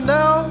now